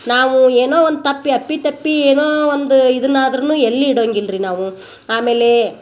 ನಾವು ಏನೋ ಒಂದು ತಪ್ಪಿ ಅಪ್ಪಿತಪ್ಪಿ ಏನು ಒಂದು ಇದ್ನಾದರೂನು ಎಲ್ಲಿ ಇಡಂಗಿರಲಿ ನಾವು ಆಮೇಲೆ